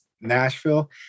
nashville